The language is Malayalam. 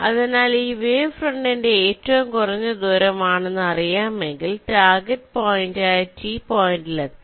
അതിനാൽ ഇത് വേവ് ഫ്രണ്ടിന്റെ ഏറ്റവും കുറഞ്ഞ ദൂരം ആണെന്ന് നിങ്ങൾക്കറിയാമെങ്കിൽ ടാർഗെറ്റ് പോയിന്റായ ടി പോയിന്റിൽ എത്താൻ